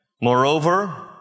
Moreover